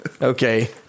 Okay